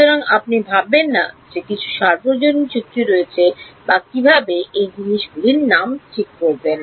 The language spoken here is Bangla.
সুতরাং আপনি ভাববেন না যে কিছু সর্বজনীন চুক্তি রয়েছে বা কীভাবে এই জিনিসগুলির নাম ঠিক করবেন